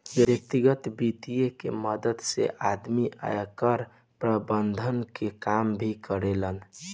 व्यतिगत वित्त के मदद से आदमी आयकर प्रबंधन के काम भी करेला